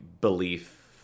belief